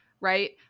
right